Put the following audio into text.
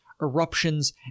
eruptions